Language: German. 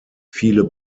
viele